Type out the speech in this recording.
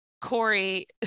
Corey